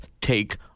take